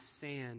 sand